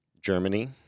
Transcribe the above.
Germany